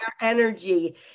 energy